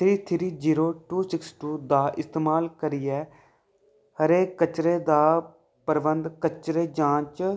three three zero two six two दा इस्तेमाल करियै हरे कचरे दा प्रबंधन कचरे जांच